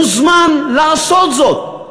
מוזמן לעשות זאת.